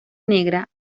negra